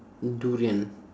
durian